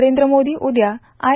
नरेंद्र मोदी उद्या आय